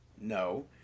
No